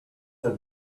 that